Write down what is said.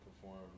perform